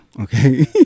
okay